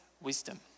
wisdom